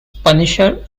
punisher